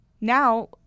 Now